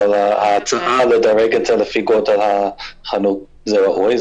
אבל ההצעה לדרג את זה לפי גודל החנות זה ראוי.